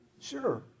Sure